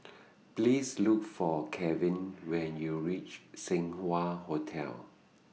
Please Look For Calvin when YOU REACH Seng Wah Hotel